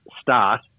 start